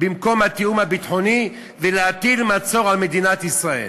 במקום התיאום הביטחוני ולהטיל מצור על מדינת ישראל.